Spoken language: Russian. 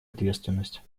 ответственность